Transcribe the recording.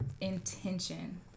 intention